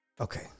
Okay